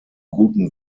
guten